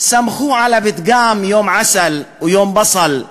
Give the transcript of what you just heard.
סמכו עליו גם את יום עסל ויום בסל,